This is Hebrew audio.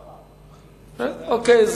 אוקיי.